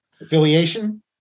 Affiliation